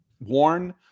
worn